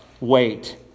wait